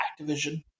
Activision